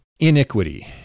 Iniquity